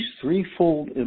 threefold